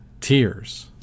Tears